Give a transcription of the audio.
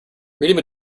reading